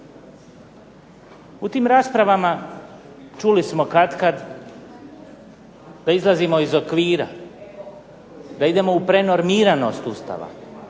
U tim raspravama čuli smo katkad da izlazimo iz okvira, da idemo u prenormiranost Ustava,